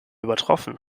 übertroffen